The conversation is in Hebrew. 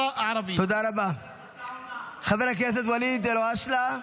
מקום ולחברה הערבית מותר רק דרך בג"ץ להפגין.